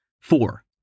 Four